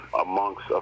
amongst